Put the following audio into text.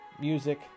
music